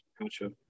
Gotcha